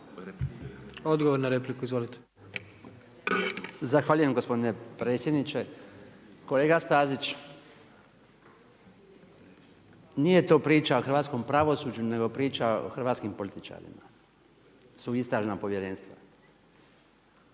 Branko (HDZ)** Zahvaljujem gospodine predsjedniče. Kolega Stazić, nije to priča o hrvatskom pravosuđu, nego priča o hrvatskim političarima, su istražna povjerenstva.